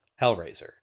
Hellraiser